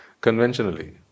Conventionally